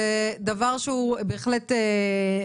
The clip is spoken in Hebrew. זה דבר שהוועדה,